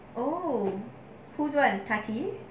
oh who's [one] tati